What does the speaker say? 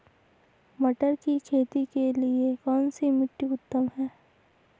मटर की खेती के लिए कौन सी मिट्टी उत्तम है?